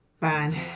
Fine